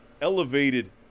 elevated